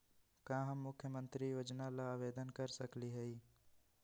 का हम मुख्यमंत्री योजना ला आवेदन कर सकली हई?